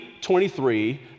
23